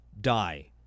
die